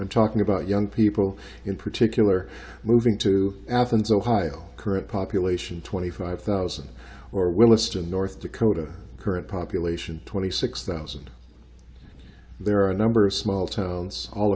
i'm talking about young people in particular moving to athens ohio current population twenty five thousand or williston north dakota current population twenty six thousand there are a number of small towns all